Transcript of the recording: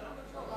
בקצרה.